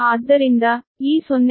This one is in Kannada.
ಆದ್ದರಿಂದ ಈ 0